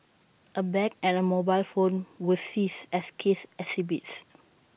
A bag and A mobile phone were seized as case exhibits